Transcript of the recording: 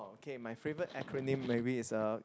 oh okay my favourite acronym maybe is uh